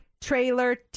Trailer